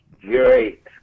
Great